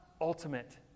ultimate